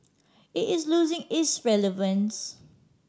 it is losing its relevance